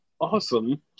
awesome